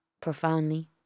profoundly